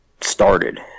started